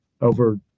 over